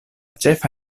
ĉefa